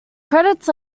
credits